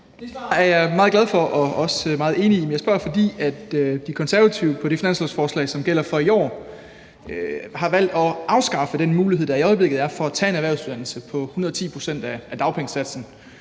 er jeg meget glad for og også meget enig i. Jeg spørger, fordi De Konservative i det finanslovsforslag, der gælder for i år, har valgt at afskaffe den mulighed, der i øjeblikket er for at tage en erhvervsuddannelse med 110 pct. af dagpengesatsen,